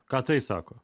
ką tai sako